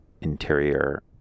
interior